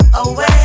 away